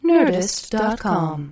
Nerdist.com